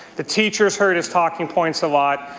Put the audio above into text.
the teachers heard his talking points a lot.